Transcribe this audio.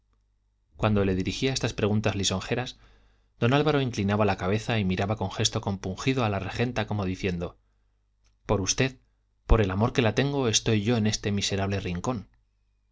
cuando le dirigía estas preguntas lisonjeras don álvaro inclinaba la cabeza y miraba con gesto compungido a la regenta como diciendo por usted por el amor que la tengo estoy yo en este miserable rincón